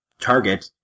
target